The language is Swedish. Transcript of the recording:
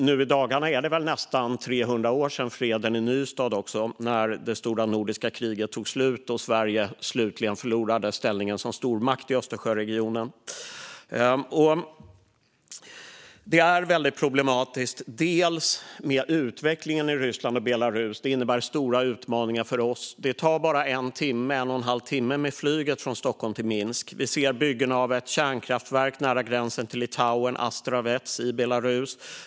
Nu i dagarna är det väl nästan 300 år sedan freden i Nystad, då det stora nordiska kriget tog slut och Sverige slutligen förlorade ställningen som stormakt i Östersjöregionen. Utvecklingen i Ryssland och Belarus är väldigt problematisk. Den innebär stora utmaningar för oss. Det tar bara en eller en och en halv timme med flyg från Stockholm till Minsk. Vi ser bygget av ett kärnkraftverk i Astravjets i Belarus, nära gränsen till Litauen.